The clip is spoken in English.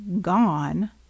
Gone